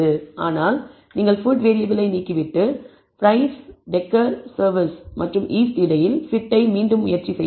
ஆனால் நீங்கள் ஃபுட் வேறியபிளை நீக்கிவிட்டு பிரைஸ் டெகர் சர்வீஸ் மற்றும் ஈஸ்ட் இடையில் பிட் ஐ முயற்சி செய்யலாம்